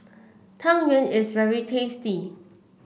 Tang Yuen is very tasty